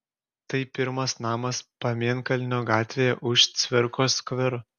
tai pirmas namas pamėnkalnio gatvėje už cvirkos skvero